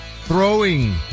Throwing